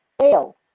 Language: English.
fail